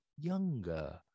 younger